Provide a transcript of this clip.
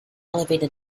elevated